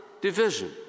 division